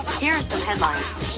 here are some headlines.